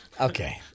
Okay